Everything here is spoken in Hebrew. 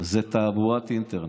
תעבורת אינטרנט.